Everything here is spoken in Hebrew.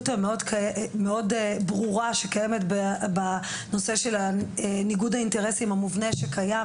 המאוד ברורה שקיימת בנושא של ניגוד האינטרסים המובנה שקיים